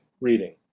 reading